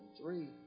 three